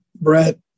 Brett